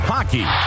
Hockey